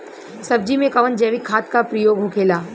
सब्जी में कवन जैविक खाद का प्रयोग होखेला?